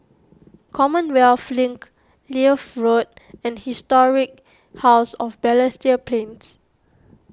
Commonwealth Link Leith Road and Historic House of Balestier Plains